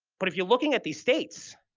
but if you're looking at these states